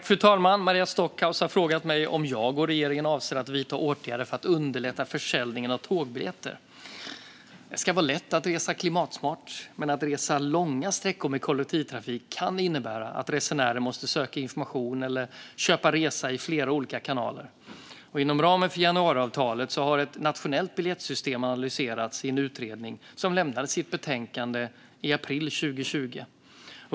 Fru talman! Maria Stockhaus har frågat mig om jag och regeringen avser att vidta åtgärder för att underlätta försäljningen av tågbiljetter. Det ska vara lätt att resa klimatsmart. Men att resa långa sträckor med kollektivtrafik kan innebära att resenären måste söka information eller köpa en resa i flera olika kanaler. Inom ramen för januariavtalet har ett nationellt biljettsystem analyserats i en utredning som lämnade sitt betänkande i april 2020.